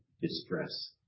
Distress